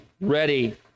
ready